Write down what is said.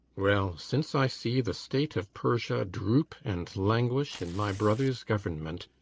well, since i see the state of persia droop and languish in my brother's government,